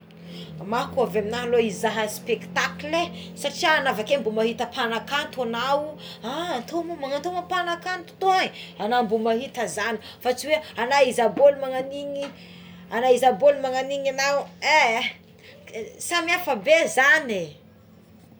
Mah ko avy amignahy aloha izy mizaha spektakle e satria ana avakeo mba mahita mpanakanto agnao a magna tô magna tô mô mpanakanto toy é agnao mbô mahita zagny tsy hoe hiza bol magnagn'igny anao hiza bol magnagn'igny anao eé samy hafa be zagny é.